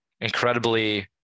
incredibly